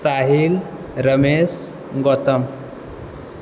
Sahil Ramesh Gautam